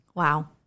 Wow